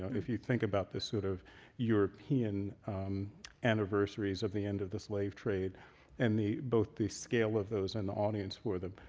if you think about this sort of european anniversaries of the end of the slave trade and both the scale of those and the audience for them.